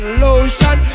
lotion